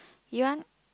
you want